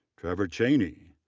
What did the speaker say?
trevor cheaney,